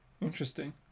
Interesting